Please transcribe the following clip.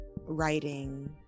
writing